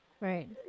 right